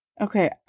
okay